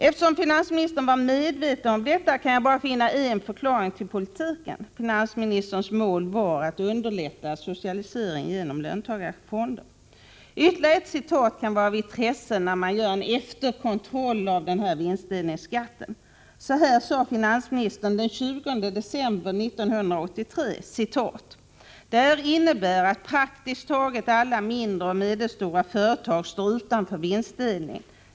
Eftersom finansministern var medveten om detta kan jag bara finna en förklaring till politiken: finansministerns mål var att underlätta socialisering genom löntagarfonder. Ytterligare ett citat kan vara av intresse när man gör en efterkontroll av vinstdelningsskatten. Så här sade finansministern den 20 december 1983: ”Det här innebär att praktiskt taget alla mindre och medelstora företag står utanför vinstdelningen.